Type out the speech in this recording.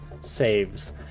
saves